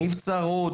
נבצרות,